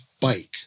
bike